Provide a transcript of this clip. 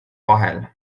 vahel